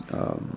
um